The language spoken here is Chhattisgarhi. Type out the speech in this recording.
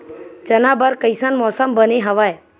चना बर कइसन मौसम बने हवय?